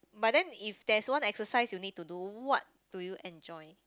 but then if there's one exercise you need to do what do you enjoy